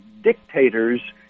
dictators